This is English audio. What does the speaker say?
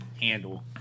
handle